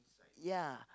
ya